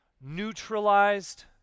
neutralized